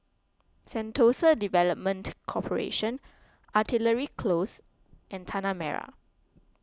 Sentosa Development Corporation Artillery Close and Tanah Merah